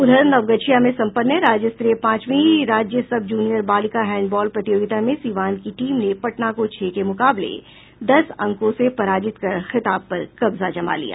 उधर नवगछिया में संपन्न राज्य स्तरीय पांचवी राज्य सब जूनियर बालिका हैंडबॉल प्रतियोगिता में सिवान की टीम ने पटना को छह के मुकाबले दस अंकों से पराजित कर खिताब पर कब्जा जमा लिया